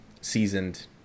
seasoned